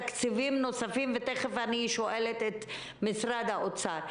ותיכף אשאל את משרד האוצר,